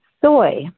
Soy